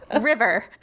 River